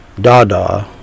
Dada